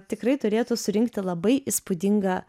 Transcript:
tikrai turėtų surinkti labai įspūdingą